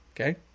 Okay